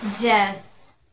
Yes